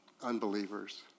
Unbelievers